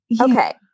Okay